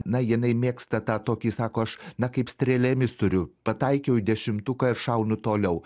na jinai mėgsta tą tokį sako aš na kaip strėlėmis turiu pataikiau į dešimtuką ir šaunu toliau